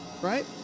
right